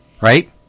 right